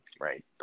Right